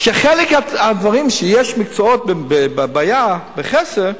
שבחלק מהדברים שיש מקצועות בבעיה, בכסף,